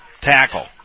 tackle